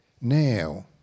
now